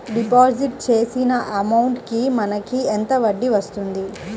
Deposit చేసిన amount కి మనకి ఎంత వడ్డీ వస్తుంది?